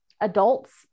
adults